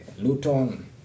Luton